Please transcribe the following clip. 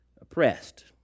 oppressed